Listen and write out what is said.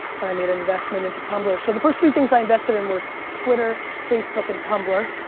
and i made an investment into tumblr. so the first three things i invested in were twitter, facebook, and tumblr.